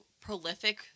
prolific